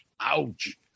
Ouch